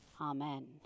Amen